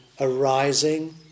arising